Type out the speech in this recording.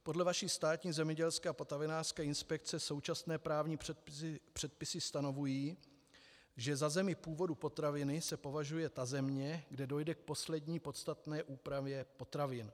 Podle vaší Státní zemědělské a potravinářské inspekce současné právní předpisy stanovují, že za zemi původu potraviny se považuje ta země, kde dojde k poslední podstatné úpravě potravin.